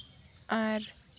ᱟᱨ